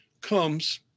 comes